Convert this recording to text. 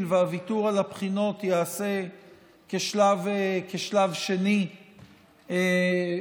והוויתור על הבחינות יעשה כשלב שני בלבד,